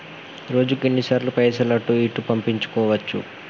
రోజుకు ఎన్ని సార్లు పైసలు అటూ ఇటూ పంపించుకోవచ్చు?